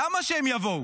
למה שהם יבואו?